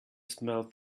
smell